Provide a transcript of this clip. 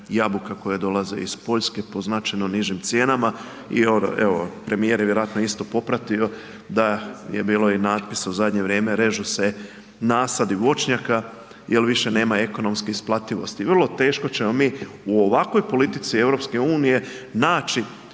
jabuka koje dolaze iz Poljske po značajno nižim cijenama i evo premijer je vjerojatno isto popratio da je bilo i napisa u zadnje vrijeme režu se nasadi voćnjaka jel više nema ekonomske isplativosti. Vrlo teško ćemo mi u ovakvoj politici EU naći